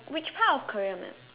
which part of Korea man